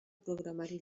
programari